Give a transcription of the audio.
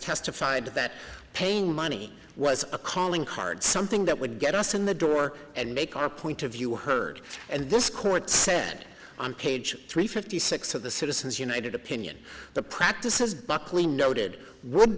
testified that paying money was a calling card something that would get us in the door and make our point of view heard and this court said on page three fifty six of the citizens united opinion the practices buckley noted would